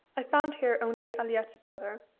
i found here only aliette's brother.